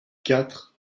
quatre